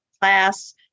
class